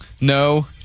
No